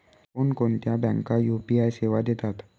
कोणकोणत्या बँका यू.पी.आय सेवा देतात?